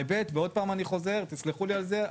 ועוד פעם אני חוזר תסלחו לי על זה,